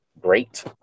great